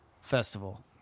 festival